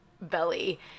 belly